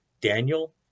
Daniel